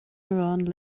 arán